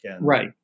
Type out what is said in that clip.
Right